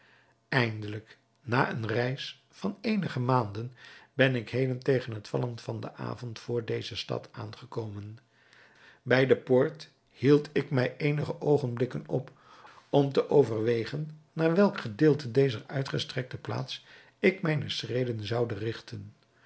eindelijk na eene reis van eenige maanden ben ik heden tegen het vallen van den avond vr deze stad aangekomen bij de poort hield ik mij eenige oogenblikken op om te overwegen naar welk gedeelte dezer uitgestrekte plaats ik mijne schreden zoude rigten